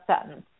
sentence